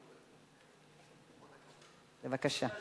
בבקשה.